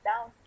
down